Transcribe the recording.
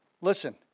Listen